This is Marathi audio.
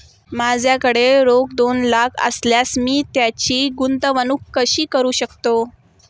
माझ्याकडे रोख दोन लाख असल्यास मी त्याची गुंतवणूक कशी करू शकतो?